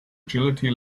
agility